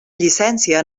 llicència